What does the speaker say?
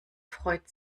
freut